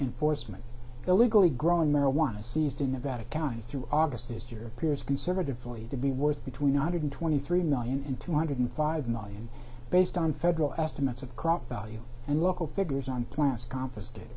enforcement illegally growing marijuana seized in nevada counties through august this year appears conservative floyd to be worth between one hundred twenty three million and two hundred five million based on federal estimates of crop value and local figures on plants confiscate